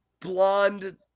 Blonde